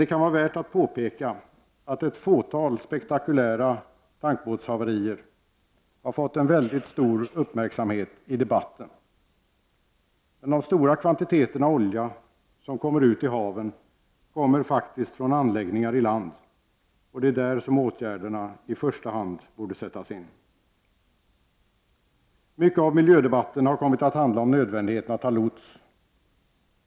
Det kan vara värt att påpeka att ett fåtal spektakulära tankbåtshaverier fått en väldigt stor uppmärksamhet i debatten, men de stora kvantiteterna olja som kommer ut i haven kommer faktiskt från anläggningar i land, och det är där som åtgärderna i första hand borde sättas in. Mycket av miljödebatten har kommit att handla om nödvändigheten att ha lots.